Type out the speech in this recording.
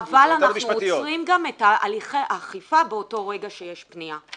אבל אנחנו עוצרים את הליכי האכיפה באותו רגע שיש פנייה.